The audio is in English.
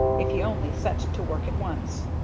if he only set to work at once.